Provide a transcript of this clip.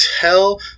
tell